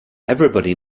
everybody